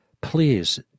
please